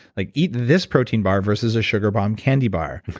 like eat this protein bar versus a sugar bomb candy bar,